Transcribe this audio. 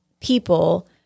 people